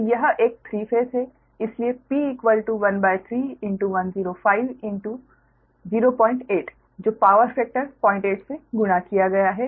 तो यह एक 3 फेस है इसलिए P1310508 जो पावर फैक्टर 08 से गुणा किया गया है